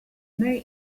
they